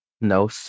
No